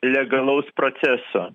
legalaus proceso